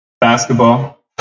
Basketball